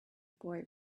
boy